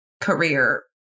career